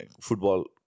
football